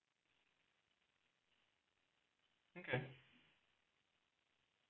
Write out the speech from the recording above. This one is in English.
okay